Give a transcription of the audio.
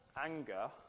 Anger